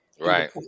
right